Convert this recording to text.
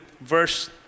verse